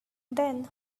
then